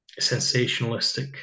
sensationalistic